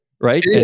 right